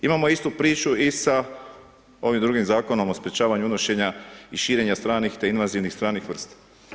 Imamo istu priču i sa ovim drugim Zakonom o sprječavanju unošenja i širenja stranih, te invazivnih stranih vrsta.